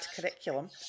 curriculum